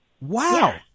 Wow